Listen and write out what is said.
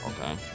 okay